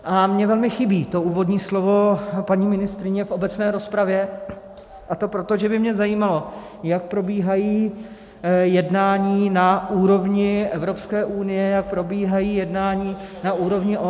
A mně velmi chybí to úvodní slovo paní ministryně v obecné rozpravě, a to proto, že by mě zajímalo, jak probíhají jednání na úrovni Evropské unie, jak probíhají jednání na úrovni OECD.